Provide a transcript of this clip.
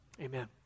Amen